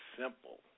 simple